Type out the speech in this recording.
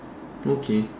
okay